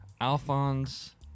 Alphonse